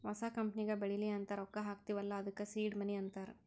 ಹೊಸ ಕಂಪನಿಗ ಬೆಳಿಲಿ ಅಂತ್ ರೊಕ್ಕಾ ಹಾಕ್ತೀವ್ ಅಲ್ಲಾ ಅದ್ದುಕ ಸೀಡ್ ಮನಿ ಅಂತಾರ